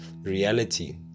reality